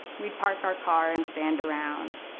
we'd park our car and stand around,